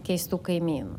keistų kaimynų